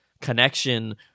connection